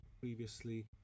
previously